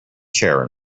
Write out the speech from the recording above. chair